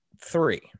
three